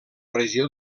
regió